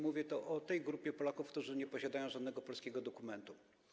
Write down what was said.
Mówię o grupie Polaków, którzy nie posiadają żadnego polskiego dokumentu.